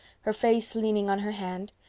her face leaning on her hand,